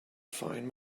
find